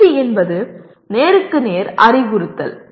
பயிற்சி என்பது நேருக்கு நேர் அறிவுறுத்தல்